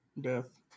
death